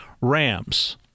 Rams